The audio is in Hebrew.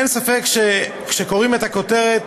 אין ספק, כשקוראים את הכותרת,